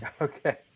Okay